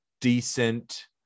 decent